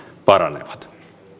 paranevat